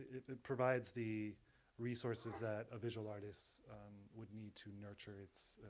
it provides the resources that a visual artist would need to nurture its,